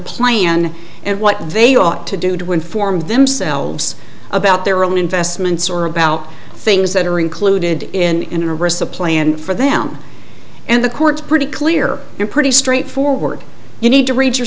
plan and what they ought to do to inform themselves about their own investments or about things that are included in a risk of plan for them and the courts pretty clear you're pretty straightforward you need to read your